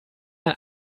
ein